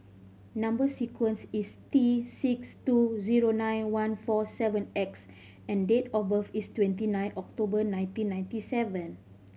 number sequence is T six two zero nine one four seven X and date of birth is twenty nine October nineteen ninety seven